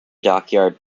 dockyard